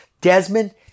Desmond